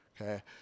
Okay